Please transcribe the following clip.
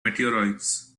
meteorites